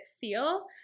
feel